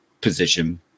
position